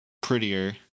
prettier